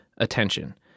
attention